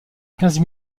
quinze